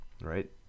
right